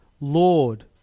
Lord